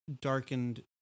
darkened